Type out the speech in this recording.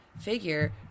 figure